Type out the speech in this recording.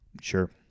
Sure